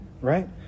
right